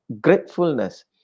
gratefulness